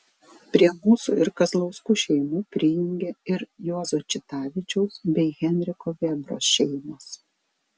prie mūsų ir kazlauskų šeimų prijungė ir juozo čitavičiaus bei henriko vėbros šeimos